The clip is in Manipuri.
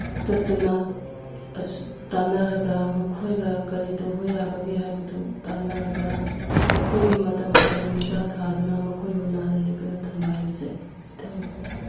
ꯆꯠꯇꯅ ꯇꯥꯟꯅꯔꯒ ꯃꯈꯣꯏꯒ ꯀꯔꯤ ꯇꯧꯕ ꯌꯥꯕꯒꯦ ꯍꯥꯏꯕꯗꯨ ꯇꯥꯟꯅꯔꯒ ꯃꯈꯣꯏꯒꯤ ꯃꯇꯝ ꯃꯇꯝꯒꯤ ꯍꯤꯗꯥꯛ ꯊꯥꯗꯅ ꯃꯈꯣꯏꯕꯨ ꯅꯥꯗ ꯌꯦꯛꯇꯅ ꯊꯝꯕ ꯍꯥꯏꯕꯁꯦ ꯏꯊꯧꯅꯤ